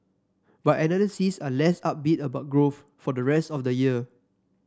but analysts are less upbeat about growth for the rest of the year